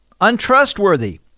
Untrustworthy